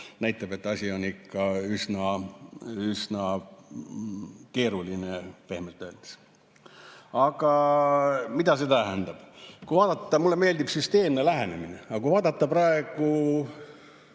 näitab, et asi on ikka üsna keeruline, pehmelt öeldes. Mida see tähendab? Mulle meeldib süsteemne lähenemine. Aga kui vaadata praegu